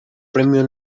premio